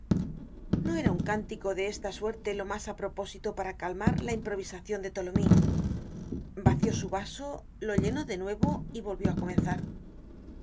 no era un cántico de esta suerte lo mas á propósito para calmar la improvisacion de tholomyes vació su vaso lo llenó de nuevo y volvió á comenzar